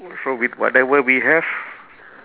so with whatever we have